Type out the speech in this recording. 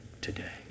Today